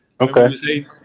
Okay